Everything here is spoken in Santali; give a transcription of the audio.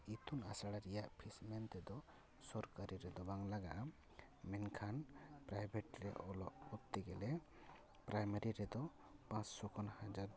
ᱟᱨ ᱤᱛᱩᱱ ᱟᱥᱲᱟ ᱨᱮᱭᱟᱜ ᱯᱷᱤᱥ ᱢᱮᱱᱛᱮ ᱫᱚ ᱥᱚᱨᱠᱟᱨᱤ ᱨᱮᱫᱚ ᱵᱟᱝ ᱞᱟᱜᱟᱜᱼᱟ ᱢᱮᱱᱠᱷᱟᱱ ᱯᱨᱟᱭᱵᱷᱮᱴ ᱨᱮ ᱚᱞᱚᱜ ᱠᱚᱨᱛᱮ ᱜᱮᱞᱮ ᱯᱨᱟᱭᱢᱟᱨᱤ ᱨᱮᱫᱚ ᱯᱟᱸᱪᱥᱳ ᱠᱷᱚᱱ ᱦᱟᱡᱟᱨ